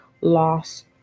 loss